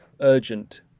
urgent